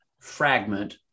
fragment